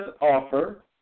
offer